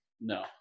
no